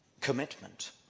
commitment